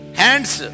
hands